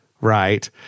right